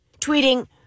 Tweeting